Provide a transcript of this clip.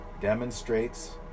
demonstrates